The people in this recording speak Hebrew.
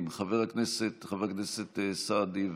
חבר הכנסת שטרן,